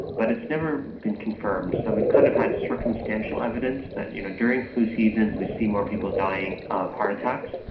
but it has never been confirmed. so we've kind of had circumstantial evidence, that you know during flu seasons we see more people dying of heart attacks.